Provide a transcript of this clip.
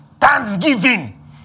Thanksgiving